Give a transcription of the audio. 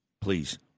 Please